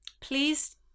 please